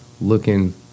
Looking